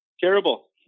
terrible